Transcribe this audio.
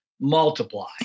multiply